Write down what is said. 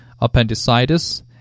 appendicitis